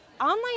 online